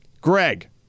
Greg